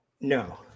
No